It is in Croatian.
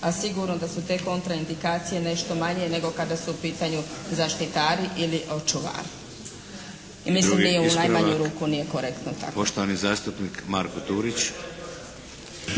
a sigurno da su te kontra indikacije nešto manje nego kada su u pitanju zaštitari ili čuvari. Mislim nije ni u najmanju ruku nije korektno tako